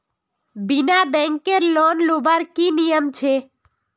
बिना बैंकेर लोन लुबार की नियम छे?